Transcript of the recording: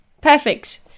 Perfect